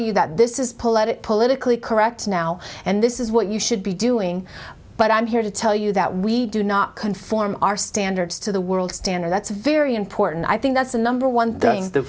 you that this is polite it politically correct now and this is what you should be doing but i'm here to tell you that we do not conform our standards to the world standard that's very important i think that's the number one